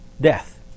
death